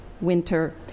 winter